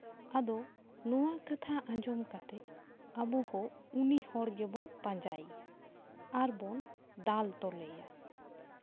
ᱟᱫᱚ ᱱᱚᱣᱟ ᱠᱟᱛᱷᱟ ᱟᱸᱡᱚᱢ ᱠᱟᱛᱮᱜ ᱟᱵᱦᱚᱸ ᱩᱱᱤ ᱦᱚᱲ ᱜᱮᱵᱚᱱ ᱯᱟᱸᱡᱟᱭᱮᱭᱟ ᱟᱨᱵᱚᱱ ᱫᱟᱞ ᱛᱚᱞᱮᱭᱟ